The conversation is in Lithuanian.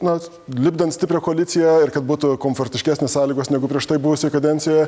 nors lipdant stiprią koaliciją ir kad būtų komfortiškesnės sąlygos negu prieš tai buvusioje kadencijoje